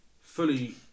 fully